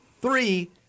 Three